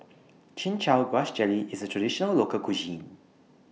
Chin Chow Grass Jelly IS A Traditional Local Cuisine